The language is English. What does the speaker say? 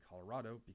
Colorado